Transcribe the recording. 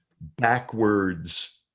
Backwards